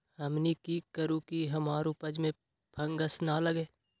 हमनी की करू की हमार उपज में फंगस ना लगे?